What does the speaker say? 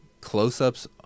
close-ups